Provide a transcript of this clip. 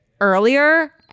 earlier